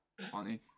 funny